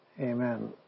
Amen